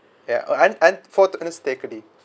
ya and and fourth thekkady